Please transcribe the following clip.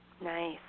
Nice